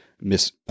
Miss